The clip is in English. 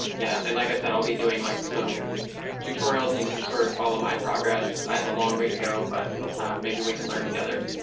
yeah. and like i said, i'll be doing like some tutorials in a sort of follow my progress. i have a long way to go, but maybe we can learn together.